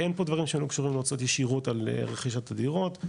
אין פה דברים שלא קשורים להוצאות ישירות על רכישת הדירות,